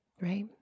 right